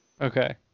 Okay